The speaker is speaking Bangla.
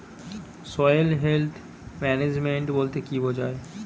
সয়েল হেলথ ম্যানেজমেন্ট বলতে কি বুঝায়?